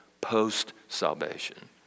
post-salvation